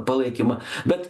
palaikymą bet